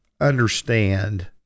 understand